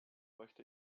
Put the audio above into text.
möchte